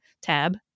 tab